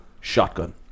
shotgun